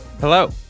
Hello